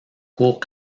cours